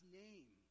name